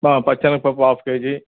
పచ్చి శనగపప్పు half KG